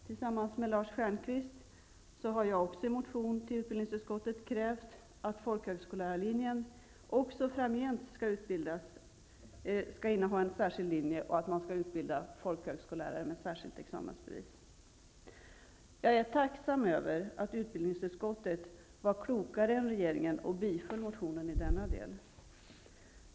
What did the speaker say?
Tillsammans med Lars Stjernkvist har jag också i en motion till utbildningsutskottet krävt att folkhögskollärarlinjen framgent skall vara en särskild linje och att man skall utbilda folkhögskollärare med särskilt examensbevis. Jag är tacksam över att utbildningsutskottet var klokare än regeringen och tillstyrkte motionen i denna del.